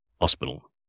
hospital